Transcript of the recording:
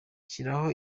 shyiraho